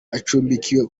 acumbikiwe